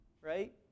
right